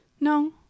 no